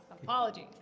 Apologies